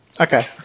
Okay